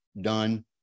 done